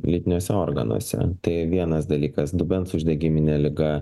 lytiniuose organuose tai vienas dalykas dubens uždegiminė liga